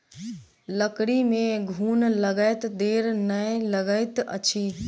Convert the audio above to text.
लकड़ी में घुन लगैत देर नै लगैत अछि